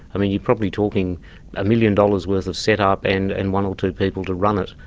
i mean, you're probably talking a million dollars worth of setup, and and one or two people to run it,